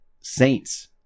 Saints